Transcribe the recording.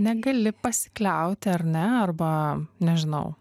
negali pasikliauti ar ne arba nežinau